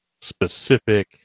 specific